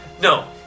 No